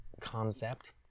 concept